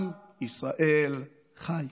עם ישראל חי.